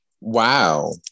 Wow